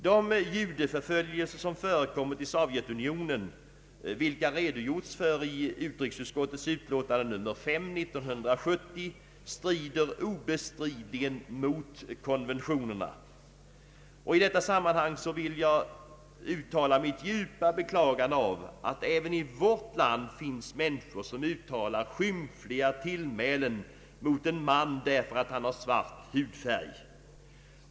De judeförföljelser som förekommit i Sovjetunionen, vilka redogjorts för i utrikesutskottets utlåtande nr 5 år 1970, strider obestridligen mot konventionerna. I detta sammanhang vill jag uttala mitt djupa beklagande av att det även i vårt land finns människor som uttalar skymfliga tillmälen mot en man därför att han har svart hudfärg.